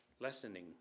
lessening